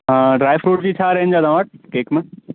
dry fruit जी छा range आहे तव्हां वटि केक में